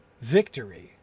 victory